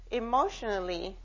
emotionally